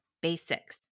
basics